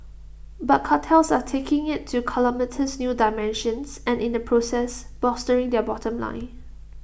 but cartels are taking IT to calamitous new dimensions and in the process bolstering their bottom line